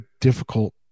difficult